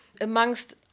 amongst